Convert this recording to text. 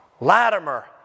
Latimer